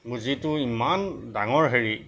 মোৰ যিটো ইমান ডাঙৰ হেৰি